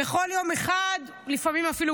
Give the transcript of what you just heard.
תודה רבה, אדוני היושב בראש.